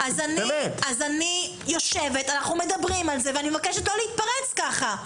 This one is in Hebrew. אנחנו מדברים על זה ואני מבקשת לא להתפרץ ככה.